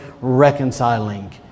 reconciling